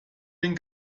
den